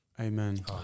Amen